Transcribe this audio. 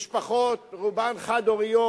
משפחות, רובן חד-הוריות,